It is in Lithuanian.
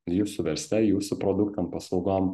jūsų versle jūsų produktam paslaugom